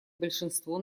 большинство